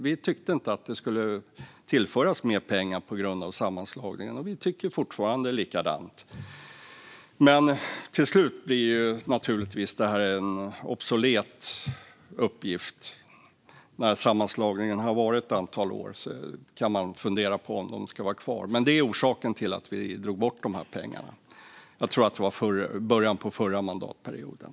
Vi tyckte inte att det skulle tillföras mer pengar på grund av sammanslagningen, och vi tycker fortfarande likadant. Till slut blir detta naturligtvis en obsolet uppgift. När det har gått ett antal år sedan sammanslagningen kan man fundera på om de ska vara kvar. Men det var orsaken till att vi drog bort dessa pengar. Jag tror att det var i början av förra mandatperioden.